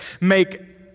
make